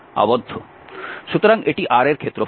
সুতরাং এটি R এর ক্ষেত্রফল